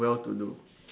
well to do